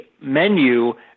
menu